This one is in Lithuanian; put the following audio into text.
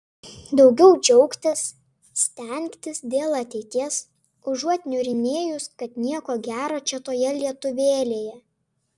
daugiau džiaugtis stengtis dėl ateities užuot niurnėjus kad nieko gero čia toje lietuvėlėje